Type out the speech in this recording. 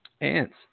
ants